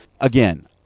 Again